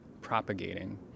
propagating